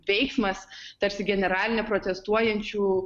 veiksmas tarsi generalinė protestuojančių